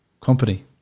company